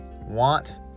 want